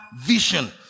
vision